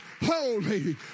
holy